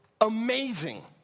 amazing